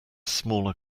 smaller